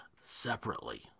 separately